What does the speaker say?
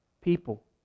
people